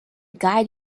guide